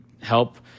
help